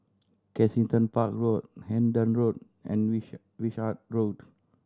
Kensington Park Road Hendon Road and Wish Wishart Road